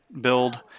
build